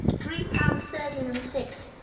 three pounds, thirteen and six.